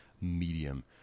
medium